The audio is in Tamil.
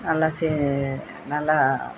நல்லா நல்லா